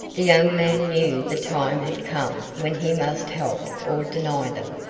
the young man knew the time had come when he must help or deny them.